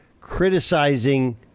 criticizing